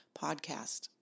podcast